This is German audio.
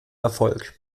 erfolg